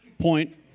Point